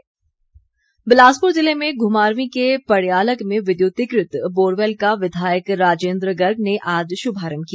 राजेन्द्र गर्ग बिलासपुर जिले में घुमारवीं के पड़यालग में विद्युतीकृत बोरवैल का विधायक राजेन्द्र गर्ग ने आज शुभारम्म किया